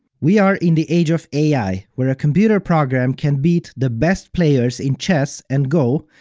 we are in the age of ai, where a computer program can beat the best players in chess and go,